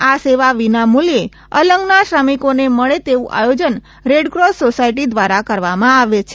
આ સેવા વિના મુલ્યે અલંગના શ્રમિકોને મળે તેવું આયોજન રેડક્રોસ સોસાયટી દ્વારા કરવામાં આવે છે